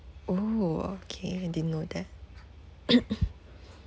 oh okay I didn't know that